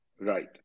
Right